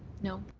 no.